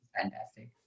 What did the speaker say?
Fantastic